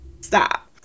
stop